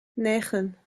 negen